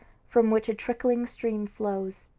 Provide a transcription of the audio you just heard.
from which a trickling stream flows,